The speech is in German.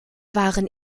waren